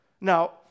Now